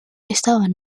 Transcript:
estaban